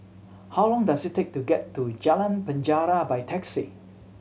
how long does it take to get to Jalan Penjara by taxi